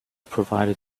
provided